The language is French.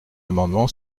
amendement